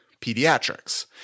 pediatrics